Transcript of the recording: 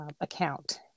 account